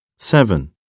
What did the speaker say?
Seven